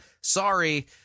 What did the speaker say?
Sorry